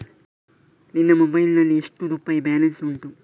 ನಿನ್ನ ಮೊಬೈಲ್ ನಲ್ಲಿ ಎಷ್ಟು ರುಪಾಯಿ ಬ್ಯಾಲೆನ್ಸ್ ಉಂಟು?